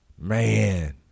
Man